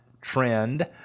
trend